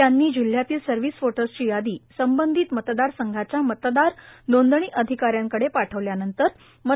त्यांनी जिल्ह्यातील सर्व्हिस वोटर्सची यादी संबंधित मतदारसंघाच्या मतदार नोंदणी अधिकाऱ्यांकडे पाठविल्यानंतर इ